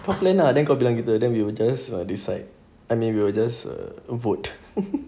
kau plan lah then kau bilang kita then we will just decide I mean we will just a vote